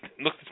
look